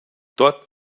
dort